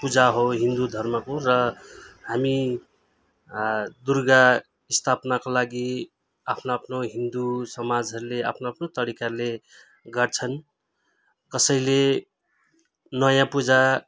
पूजा हो हिन्दू धर्मको र हामी दुर्गा स्थापनाको लागि आफ्नो आफ्नो हिन्दू समाजहरूले आफ्नो आफ्नो तरिकाले गर्छन् कसैले नयाँ पूजा